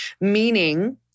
meaning